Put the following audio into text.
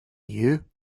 you